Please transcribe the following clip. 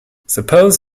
suppose